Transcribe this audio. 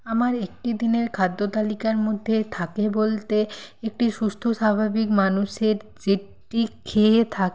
আমার একটি দিনের খাদ্য তালিকার মধ্যে থাকে বলতে একটি সুস্থ স্বাভাবিক মানুষের যেটি খেয়ে থাক